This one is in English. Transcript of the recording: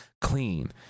clean